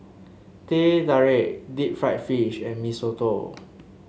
Teh Tarik Deep Fried Fish and Mee Soto